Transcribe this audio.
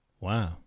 Wow